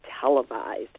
televised